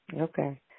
Okay